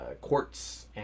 quartz